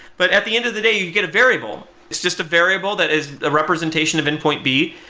but at the end of the day you get a variable. it's just a variable that is the representation of endpoint b.